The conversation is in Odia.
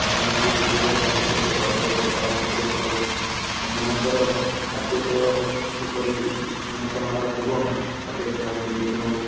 ସେମାନଙ୍କୁ ରୋଗ ହେଲେ ଆମେ ତୁରନ୍ତ ଡକ୍ଟରଙ୍କ ପରାମର୍ଶ କରିଥାଉ ସେମାନଙ୍କର ଖାଦ୍ୟପେୟ କିପରି ଉନ୍ନତମାନର ହେବ ଖାଦ୍ୟପେୟ ଆମେ ଦେଇଥାଉ